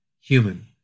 human